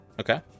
Okay